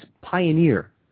pioneer